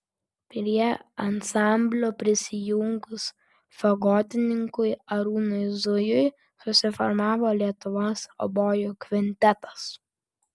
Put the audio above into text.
prie ansamblio prisijungus fagotininkui arūnui zujui susiformavo lietuvos obojų kvintetas